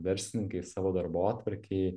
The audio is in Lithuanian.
verslininkai savo darbotvarkėj